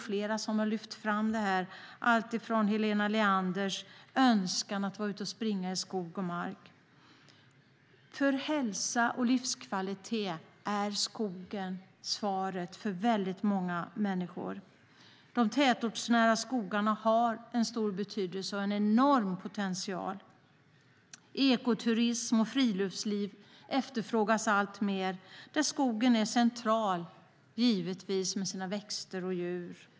Flera har lyft fram det, bland annat Helena Leander som nämnde sin önskan att få springa i skog och mark. När det gäller hälsa och livskvalitet är skogen svaret för många människor. De tätortsnära skogarna har stor betydelse och en enorm potential. Ekoturism och friluftsliv efterfrågas alltmer, och där är skogen givetvis central med sina växter och djur.